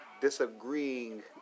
disagreeing